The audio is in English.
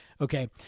Okay